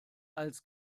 als